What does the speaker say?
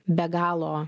be galo